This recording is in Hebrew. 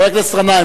חבר הכנסת גנאים,